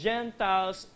Gentiles